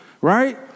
right